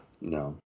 no